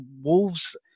Wolves